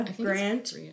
Grant